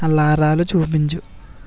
అలారాలు చూపించు